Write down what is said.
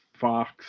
fox